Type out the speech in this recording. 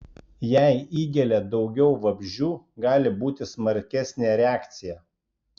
jei įgelia daugiau vabzdžių gali būti smarkesnė reakcija